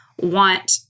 want